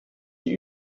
die